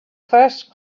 first